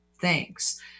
thanks